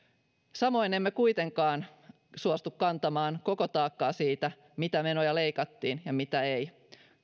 samoin emme kuitenkaan suostu kantamaan koko taakkaa siitä mitä menoja leikattiin ja mitä ei